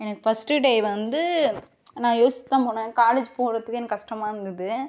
எனக்கு first day வந்து நான் யோசிச்சு தான் போனே காலேஜ் போகறதுக்கே எனக்கு கஷ்டமா இருந்துது